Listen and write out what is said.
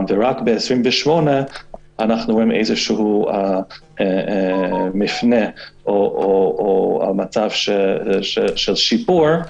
רק ב-28 אנו רואים מפנה או מצב של שיפור.